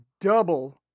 double